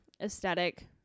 aesthetic